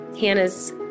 Hannah's